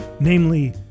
namely